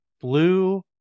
blue